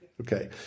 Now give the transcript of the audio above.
Okay